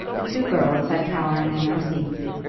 the two girls sat cowering in their seats,